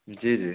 जी जी